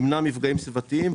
ימנע מפגעים סביבתיים,